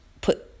put